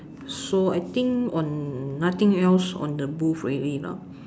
so I think on nothing else on the booth already lah